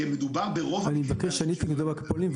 הדיון הבא שלנו צריך להיות עם נתונים יותר ברורים,